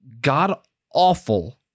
god-awful